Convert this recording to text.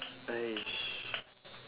!hais!